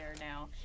now